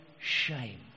shame